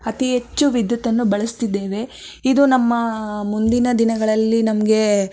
ಅತೀ ಹೆಚ್ಚು ವಿದ್ಯುತ್ತನ್ನು ಬಳಸ್ತಿದ್ದೇವೆ ಇದು ನಮ್ಮ ಮುಂದಿನ ದಿನಗಳಲ್ಲಿ ನಮಗೆ